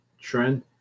trend